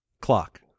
clock